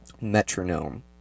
metronome